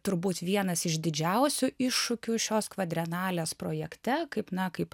turbūt vienas iš didžiausių iššūkių šios kvadrenalės projekte kaip na kaip